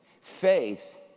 faith